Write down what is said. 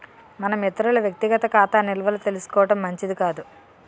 మనం ఇతరుల వ్యక్తిగత ఖాతా నిల్వలు తెలుసుకోవడం మంచిది కాదు